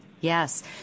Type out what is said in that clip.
Yes